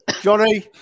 Johnny